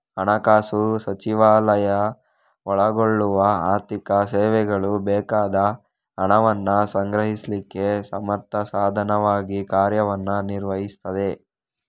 ಹಣಕಾಸು ಸಚಿವಾಲಯ ಒಳಗೊಳ್ಳುವ ಆರ್ಥಿಕ ಸೇವೆಗಳು ಬೇಕಾದ ಹಣವನ್ನ ಸಂಗ್ರಹಿಸ್ಲಿಕ್ಕೆ ಸಮರ್ಥ ಸಾಧನವಾಗಿ ಕಾರ್ಯವನ್ನ ನಿರ್ವಹಿಸ್ತದೆ